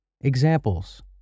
Examples